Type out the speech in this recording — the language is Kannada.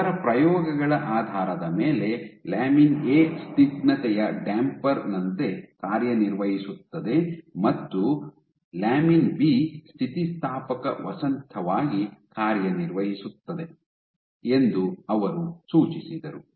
ಅವರ ಪ್ರಯೋಗಗಳ ಆಧಾರದ ಮೇಲೆ ಲ್ಯಾಮಿನ್ ಎ ಸ್ನಿಗ್ಧತೆಯ ಡ್ಯಾಂಪರ್ ನಂತೆ ಕಾರ್ಯನಿರ್ವಹಿಸುತ್ತದೆ ಮತ್ತು ಲ್ಯಾಮಿನ್ ಬಿ ಸ್ಥಿತಿಸ್ಥಾಪಕ ವಸಂತವಾಗಿ ಕಾರ್ಯನಿರ್ವಹಿಸುತ್ತದೆ ಎಂದು ಅವರು ಸೂಚಿಸಿದರು